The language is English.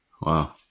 Wow